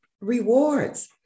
rewards